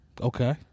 Okay